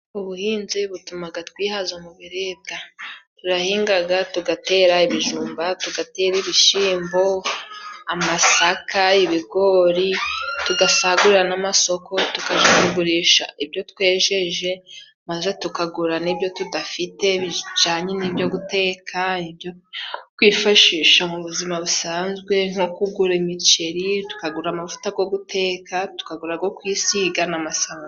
Ubuhinzi butumaga twihaza mu biribwa. Turahingaga, tugatera ibijumba, tugatera ibishyimbo, amasaka, ibigori, tugasagurira n'amasoko, tukaja kugurisha ibyo twejeje maze tukagura n'ibyo tudafite bijanye n'ibyo guteka ibyo kwifashisha mu buzima busanzwe, nko kugura imiceri, tukagura amavuta go guteka, tukagura ago kwisiga, n'amasabune.